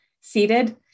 seated